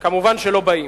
מובן שלא באים.